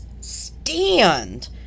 stand